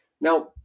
Now